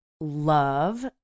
love